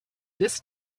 this